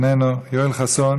איננו, יואל חסון